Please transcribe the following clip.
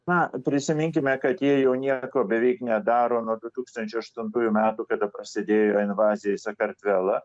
na prisiminkime kad jie jau nieko beveik nedaro nuo du tūkstančiai aštuntųjų metų kada prasidėjo invazija į sakartvelą